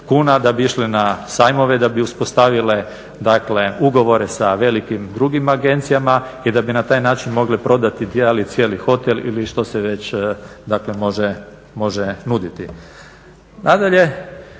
da bi išle na sajmove, da bi uspostavile ugovore sa velikim drugim agencijama i da bi na taj način mogli prodati dio ili cijeli hotel ili što se već može nuditi.